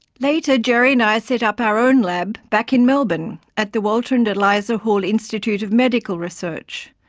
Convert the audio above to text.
later, jerry and i set up our own lab back in melbourne, at the walter and eliza hall institute of medical research,